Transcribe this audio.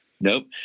nope